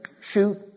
shoot